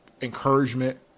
encouragement